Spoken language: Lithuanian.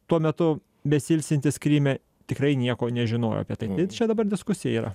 tuo metu besiilsintis kryme tikrai nieko nežinojo apie tai tai čia dabar diskusija yra